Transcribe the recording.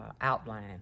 outline